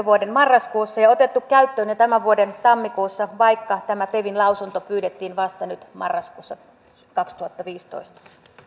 vuoden marraskuussa ja otettu käyttöön jo tämän vuoden tammikuussa vaikka tämä pevn lausunto pyydettiin vasta nyt marraskuussa kaksituhattaviisitoista